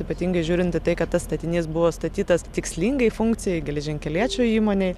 ypatingai žiūrint į tai kad tas statinys buvo statytas tikslingai funkcijai geležinkeliečių įmonei